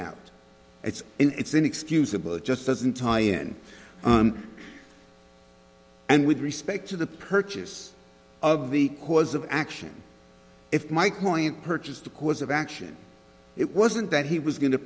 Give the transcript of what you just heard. out it's in it's inexcusable it just doesn't tie in and with respect to the purchase of the cause of action if my client purchased the cause of action it wasn't that he was going to